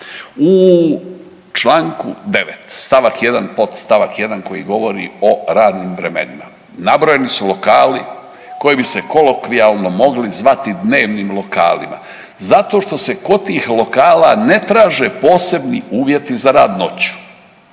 U čl. 9. st. 1. podstavak 1. koji govori o radnim vremenima, nabrojeni su lokali koji bi se kolokvijalno mogli zvati dnevnim lokalima zato što se kod tih lokala ne traže posebni uvjeti za rad noću,